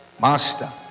Master